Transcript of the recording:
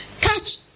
Catch